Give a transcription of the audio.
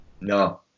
No